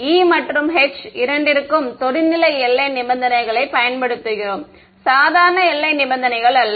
E மற்றும் H இரண்டிற்கும் தொடுநிலை எல்லை நிபந்தனைகளைப் பயன்படுத்துகிறோம் சாதாரண எல்லை நிபந்தனைகள் அல்ல